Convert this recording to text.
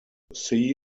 see